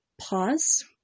pause